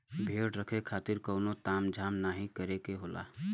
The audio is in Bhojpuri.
भेड़ रखे खातिर कउनो ताम झाम नाहीं करे के होला